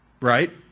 right